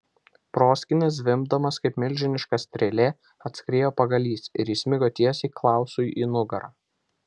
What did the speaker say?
proskyna zvimbdamas kaip milžiniška strėlė atskriejo pagalys ir įsmigo tiesiai klausui į nugarą